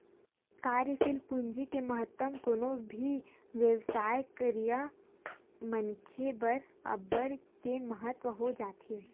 कार्यसील पूंजी के महत्तम कोनो भी बेवसाय करइया मनखे बर अब्बड़ के महत्ता हो जाथे